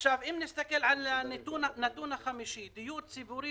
אם נסתכל על הנתון החמישי: דיור ציבורי